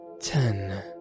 Ten